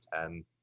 Ten